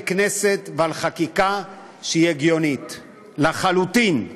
כנסת ועל חקיקה שהיא הגיונית לחלוטין?